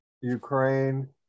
Ukraine